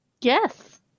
Yes